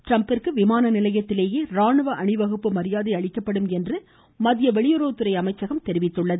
டிரம்பிற்கு விமான நிலையத்திலேயே ராணுவ அணிவகுப்பு மரியாதை அளிக்கப்படும் என்று மத்திய வெளியுறவத்துறை அமைச்சகம் தெரிவித்துள்ளது